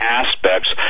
aspects